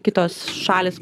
kitos šalys